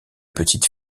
petites